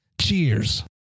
Cheers